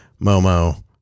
momo